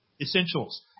essentials